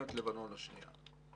במלחמת לבנון השנייה: